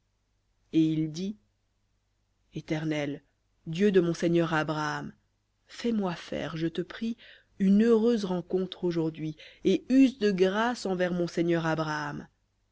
et il dit éternel dieu de mon seigneur abraham fais-moi faire je te prie une rencontre aujourd'hui et use de grâce envers mon seigneur abraham